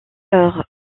eurent